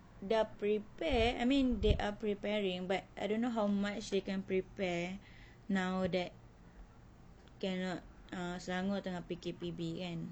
dah prepare I mean they are preparing but I don't know how much they can prepare now that cannot ah selangor tengah P_K_P_B kan